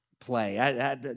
play